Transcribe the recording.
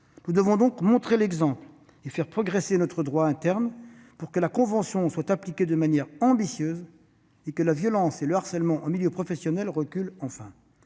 Nous devons montrer l'exemple et faire progresser notre droit interne pour que la convention soit appliquée de manière ambitieuse et que la violence et le harcèlement en milieu professionnel reculent enfin.